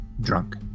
drunk